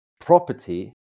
property